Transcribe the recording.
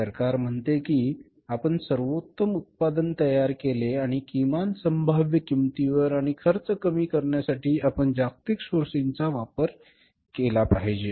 सरकार म्हणते की आपण सर्वोत्तम उत्पादन तयार केले आणि किमान संभाव्य किंमतीवर आणि खर्च कमी करण्यासाठी आपण जागतिक सोर्सिंगचा वापर केला पाहिजे